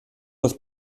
das